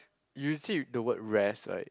you see the word rest right